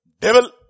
devil